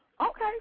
Okay